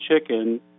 chicken